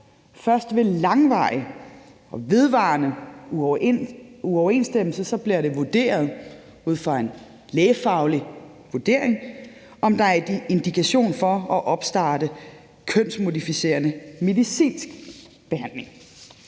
først ved en langvarig og vedvarende uoverensstemmelse bliver det ud fra en lægefaglig vurdering vurderet, om der er indikation for at opstarte en kønsmodificerende medicinsk behandling.